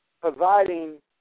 providing